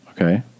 Okay